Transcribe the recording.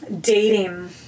dating